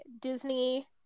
Disney